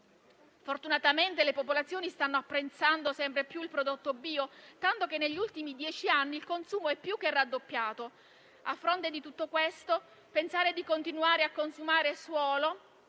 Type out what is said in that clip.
Fortunatamente le popolazioni stanno apprezzando sempre più il prodotto bio, tanto che negli ultimi dieci anni il consumo è più che raddoppiato. A fronte di tutto questo, pensare di continuare a consumare suolo,